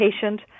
patient